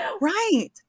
Right